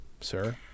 sir